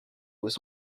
was